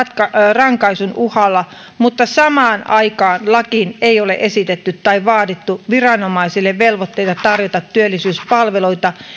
rankaisun uhalla mutta samaan aikaan lakiin ei ole esitetty tai vaadittu viranomaisille velvoitteita tarjota työllisyyspalveluita